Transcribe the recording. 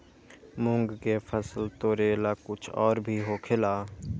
मूंग के फसल तोरेला कुछ और भी होखेला?